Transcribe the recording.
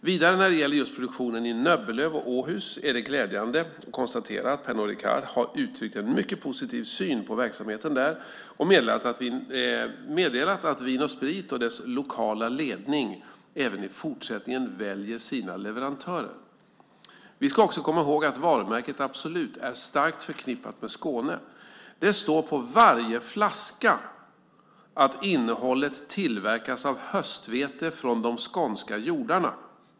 Vidare när det gäller just produktionen i Nöbbelöv och Åhus är det glädjande att konstatera att Pernod Ricard har uttryckt en mycket positiv syn på verksamheten där och meddelat att Vin & Sprit och dess lokala ledning även i fortsättningen väljer sina leverantörer. Vi ska också komma ihåg att varumärket Absolut är starkt förknippat med Skåne. Det står på varje flaska att innehållet tillverkas av höstvete från de skånska jordarna.